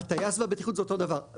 הטייס והבטיחות זה אותו דבר.